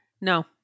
No